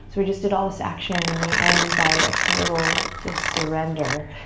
so we just did all this action and we end by a total just surrender.